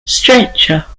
stretcher